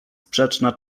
sprzeczna